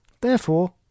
Therefore